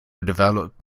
developed